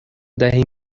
دهیم